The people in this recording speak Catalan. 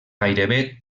gairebé